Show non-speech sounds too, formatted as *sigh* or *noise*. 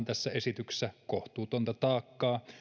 *unintelligible* tässä esityksessä kohtuutonta taakkaa